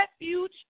refuge